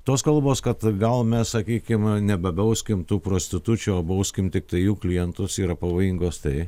tos kalbos kad gal mes sakykime nebauskim tų prostitučių o bauskim tiktai jų klientus yra pavojingos tai